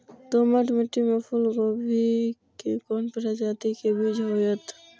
दोमट मिट्टी में फूल गोभी के कोन प्रजाति के बीज होयत?